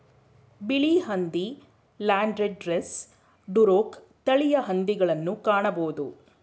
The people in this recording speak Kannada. ಬಿಳಿ ಹಂದಿ, ಲ್ಯಾಂಡ್ಡ್ರೆಸ್, ಡುರೊಕ್ ತಳಿಯ ಹಂದಿಗಳನ್ನು ಕಾಣಬೋದು